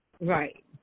Right